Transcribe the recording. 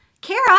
Kara